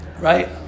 Right